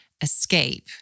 escape